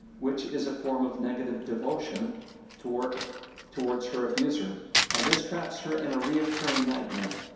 which is a form of negative devotion towards towards her abuser and this traps her in a recurring nightmare.